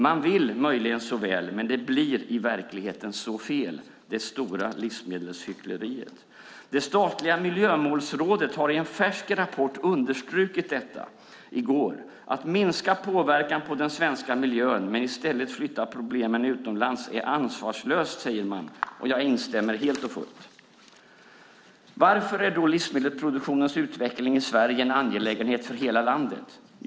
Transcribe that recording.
Man vill möjligen så väl, men det blir i verkligheten så fel - det stora livsmedelshyckleriet. Det statliga miljömålsrådet har i en färsk rapport understrukit detta. Att minska påverkan på den svenska miljön men i stället flytta problemen utomlands är ansvarslöst, säger man. Jag instämmer helt och fullt. Varför är då livsmedelsproduktionens utveckling i Sverige en angelägenhet för hela landet?